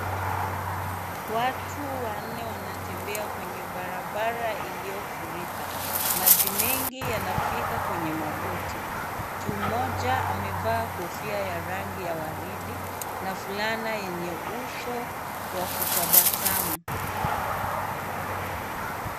Watu wanne wanatembea kwenye barabara iliyofurika. Maji mengi yanafika kwenye magoti. Mtu mmoja amevaa kofia ya rangi ya waridi na fulana yenye uso wa kutabasamu.